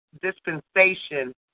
dispensation